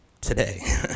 today